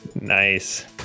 Nice